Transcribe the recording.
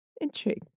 Intrigue